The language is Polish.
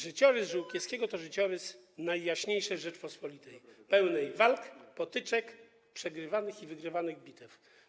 Życiorys Żółkiewskiego to życiorys Najjaśniejszej Rzeczypospolitej - pełny walk, potyczek, przegrywanych i wygrywanych bitew.